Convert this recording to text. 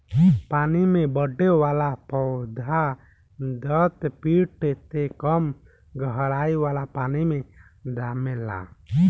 पानी में बढ़े वाला पौधा दस फिट से कम गहराई वाला पानी मे जामेला